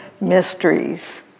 mysteries